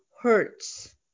hurts